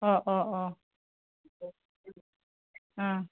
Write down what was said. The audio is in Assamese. অঁ অঁ অঁ